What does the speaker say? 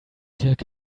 dirk